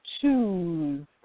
choose